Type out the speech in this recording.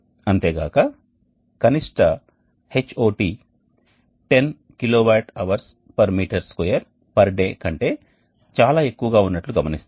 అంతే గాక కనిష్ట Hot 10 kWh meter square day కంటే చాలా ఎక్కువగా ఉన్నట్లు గమనిస్తారు